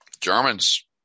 Germans